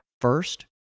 first